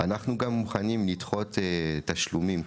אנחנו גם מוכנים לדחות תשלומים,